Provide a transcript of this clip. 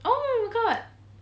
oh my god